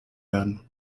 werden